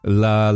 la